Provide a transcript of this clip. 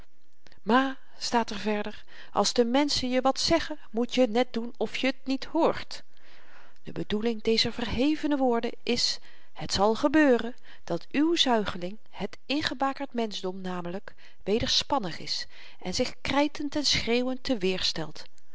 ma staat er verder als de menschen je wat zeggen moet je net doen of je t niet hoort de bedoeling dezer verhevene woorden is het zal gebeuren dat uw zuigeling het ingebakerd menschdom namelyk wederspannig is en zich krytend en schreeuwend